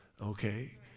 okay